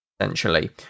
essentially